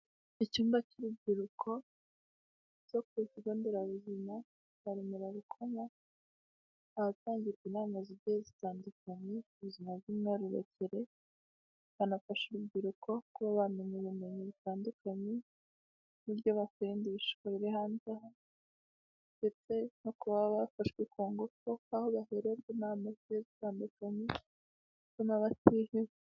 Icyumba cy'urubyiruko cyo ku kigo nderabuzima cya Remera-Rukoma, ahatangirwa inama zigiye zitandukanye ku buzima bw'imyororokere, banafasha urubyiruko kuba bamenya ubumenyi butandukanye, n'uburyo bakwirinda ibishuko biri hanze aha, ndetse no kuba bafashwe ku ngufu, aho bahererwa inama zigiye zitandukanye zituma batiheba.